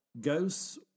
Ghosts